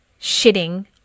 shitting